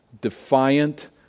defiant